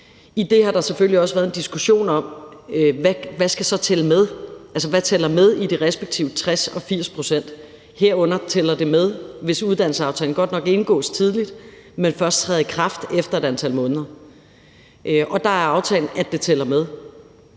Der har der selvfølgelig også været en diskussion om, hvad der så tæller med i de respektive 60 pct. og 80 pct., herunder om det tæller med, hvis uddannelsesaftalen, selv om den godt nok indgås tidligt, først træder i kraft efter et antal måneder, og der er aftalen, at det tæller med.